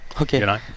Okay